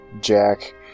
Jack